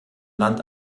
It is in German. land